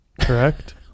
correct